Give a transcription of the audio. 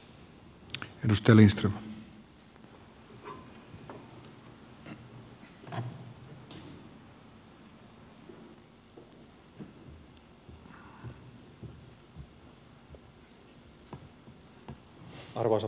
arvoisa herra puhemies